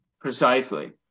precisely